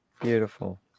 Beautiful